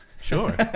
Sure